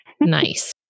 Nice